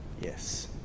Yes